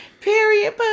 Period